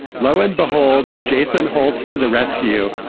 lo and behold, jason holt to the rescue.